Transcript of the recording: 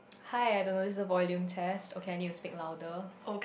hi I don't know this is a volume test okay I need to speak louder